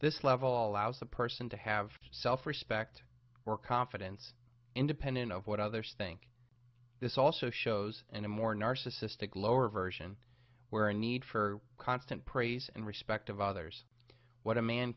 this level allows a person to have self respect or confidence independent of what others think this also shows and a more narcissistic lower version where a need for constant praise and respect of others what a man